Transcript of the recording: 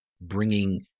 bringing